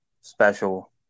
special